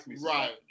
right